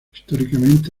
históricamente